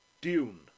Dune